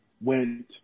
went